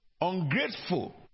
Ungrateful